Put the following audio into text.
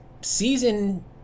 season